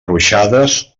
ruixades